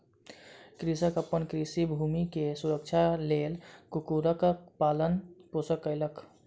कृषक अपन कृषि भूमि के सुरक्षाक लेल कुक्कुरक पालन पोषण कयलक